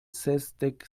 sesdek